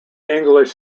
english